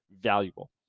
valuable